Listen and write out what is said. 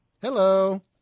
Hello